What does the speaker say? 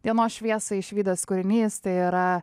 dienos šviesą išvydęs kūrinys tai yra